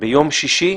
ביום שישי